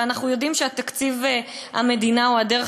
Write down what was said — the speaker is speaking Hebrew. ואנחנו יודעים שתקציב המדינה הוא הדרך